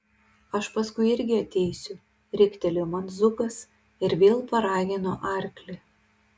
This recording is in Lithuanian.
aš paskui irgi ateisiu riktelėjo man zukas ir vėl paragino arklį